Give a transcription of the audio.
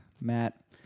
Matt